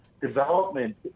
development